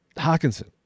Hawkinson